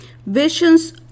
visions